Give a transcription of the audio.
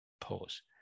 pause